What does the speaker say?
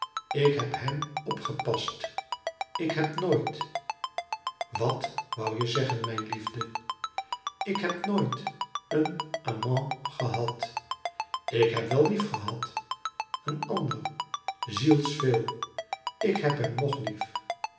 ik heb hem opgepast ik heb nooit wat wou je zeggen mijn liefde ik heb nooit een amant gehad ik heb wel lief gehad een ander zielsveel ik heb hem nog lief